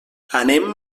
anem